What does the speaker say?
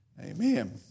Amen